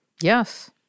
Yes